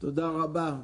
תודה רבה.